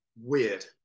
weird